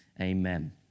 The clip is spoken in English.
Amen